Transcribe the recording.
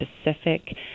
specific